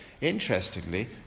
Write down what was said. Interestingly